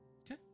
Okay